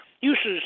uses